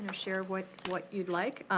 um share what what you'd like.